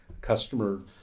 customer